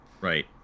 right